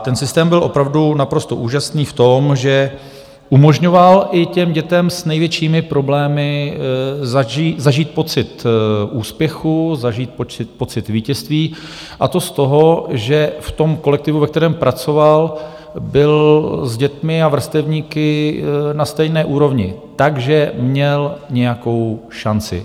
Ten systém byl opravdu naprosto úžasný v tom, že umožňoval i těm dětem s největšími problémy zažít pocit úspěchu, zažít pocit vítězství, a to z toho, že v tom kolektivu, ve kterém pracoval, byl s dětmi a vrstevníky na stejné úrovni, takže měl nějakou šanci.